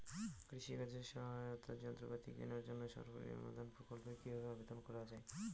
কৃষি কাজে সহায়তার যন্ত্রপাতি কেনার জন্য সরকারি অনুদান প্রকল্পে কীভাবে আবেদন করা য়ায়?